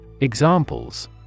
Examples